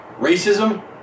racism